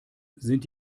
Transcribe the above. sind